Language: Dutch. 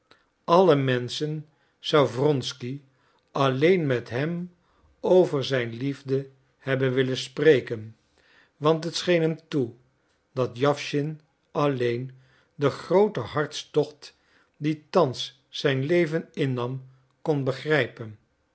alle menschen zou wronsky alleen met hem over zijn liefde hebben willen spreken want het scheen hem toe dat jawschin alleen den grooten hartstocht die thans zijn leven innam kon begrijpen